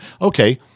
Okay